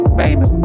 baby